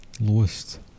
Lowest